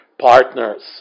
partners